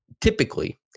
typically